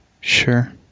Sure